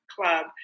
club